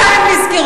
מתי הם נזכרו?